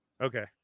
okay